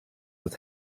with